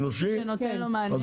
מענה אנושי שנותן לו מענה.